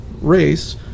race